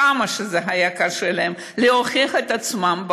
כמה היה קשה להם להוכיח את עצמם,